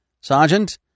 Sergeant